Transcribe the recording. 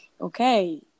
okay